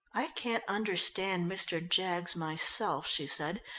i can't understand mr. jaggs myself, she said,